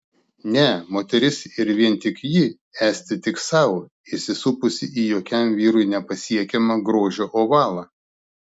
ne moteris ir vien tik ji esti tik sau įsisupusi į jokiam vyrui nepasiekiamą grožio ovalą